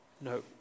No